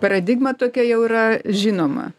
paradigma tokia jau yra žinoma